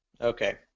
Okay